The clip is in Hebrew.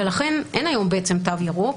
ולכן אין היום תו ירוק.